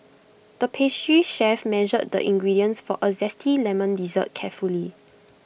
the pastry chef measured the ingredients for A Zesty Lemon Dessert carefully